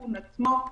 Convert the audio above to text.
לאיכון עצמו,